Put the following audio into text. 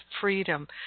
freedom